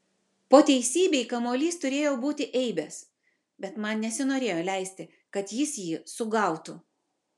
po teisybei kamuolys turėjo būti eibės bet man nesinorėjo leisti kad jis jį sugautų